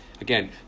Again